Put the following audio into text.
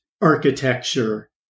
architecture